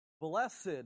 blessed